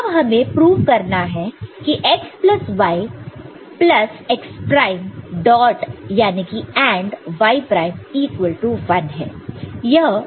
अब हमें प्रूव करना हैं की x plus y plus x prime dot याने की AND y prime equal to 1 है